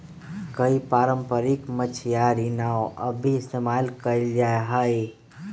कई पारम्परिक मछियारी नाव अब भी इस्तेमाल कइल जाहई